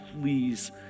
please